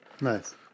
Nice